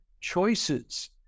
choices